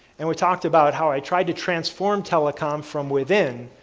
and we talked about how i tried to transform telecom from within.